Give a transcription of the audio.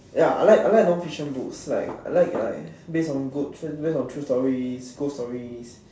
ya I like I like non fiction books like I like like based on g~ based on true stories ghost stories